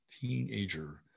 teenager